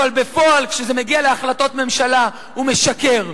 אבל בפועל, כשזה מגיע להחלטות ממשלה, הוא משקר.